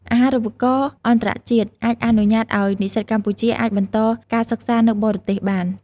អាហារូបករណ៍អន្តរជាតិអាចអនុញ្ញាតឱ្យនិស្សិតកម្ពុជា អាចបន្តការសិក្សានៅបរទេសបាន។